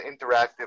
interactive